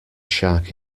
shark